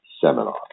seminar